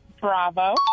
Bravo